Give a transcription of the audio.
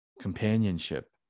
companionship